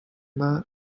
that